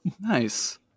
Nice